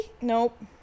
nope